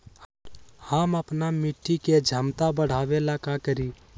हम अपना मिट्टी के झमता बढ़ाबे ला का करी?